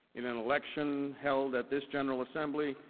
in an election held at this general assembly,